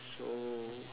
so